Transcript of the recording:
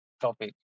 topic